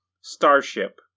Starship